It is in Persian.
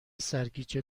سرگیجه